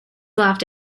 laughed